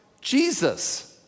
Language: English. Jesus